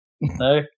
No